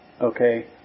okay